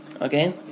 Okay